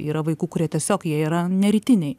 yra vaikų kurie tiesiog jie yra ne rytiniai